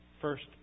first